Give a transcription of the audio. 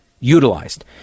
utilized